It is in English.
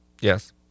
Yes